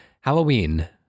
Halloween